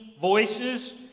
voices